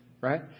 right